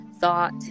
thought